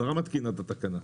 השרה מתקינה את התקנה.